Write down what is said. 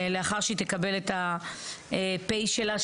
לאחר שהיא תקבל את ה-פ' שלה,